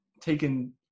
taken